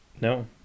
No